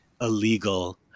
illegal